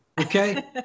okay